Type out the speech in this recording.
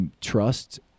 trust